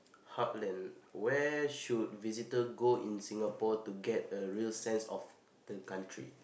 heartland where should visitor go in Singapore to get a real sense of the country